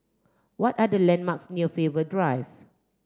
what are the landmarks near Faber Drive